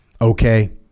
Okay